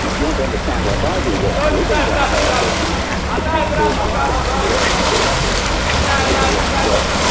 if you want to understand, like i do, what's living down there, then you have to send vehicles down to the ocean floor and you have to actually see what's there.